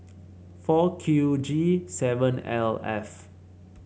four Q G seven L F